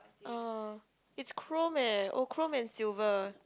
oh it's chrome eh oh chrome and silver